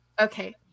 Okay